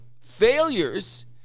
failures